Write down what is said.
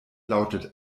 lautet